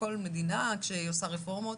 כל מדינה כשהיא עושה רפורמות,